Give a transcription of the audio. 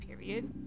period